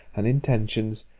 and intentions,